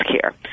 care